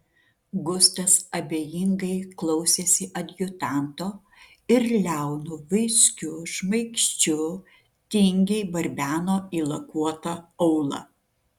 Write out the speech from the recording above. gustas abejingai klausėsi adjutanto ir liaunu vaiskiu šmaikščiu tingiai barbeno į lakuotą aulą